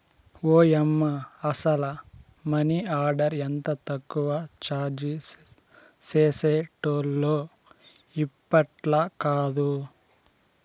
ఓయమ్మ, అసల money order ఎంత తక్కువ చార్జీ చేసేటోల్లో ఇప్పట్లాకాదు